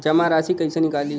जमा राशि कइसे निकली?